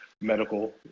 medical